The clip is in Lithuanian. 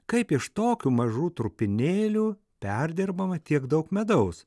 kaip iš tokių mažų trupinėlių perdirbama tiek daug medaus